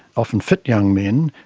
often fit young men,